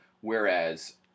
whereas